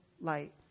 light